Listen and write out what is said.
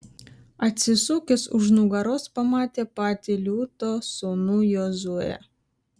atsisukęs už nugaros pamatė patį liūto sūnų jozuę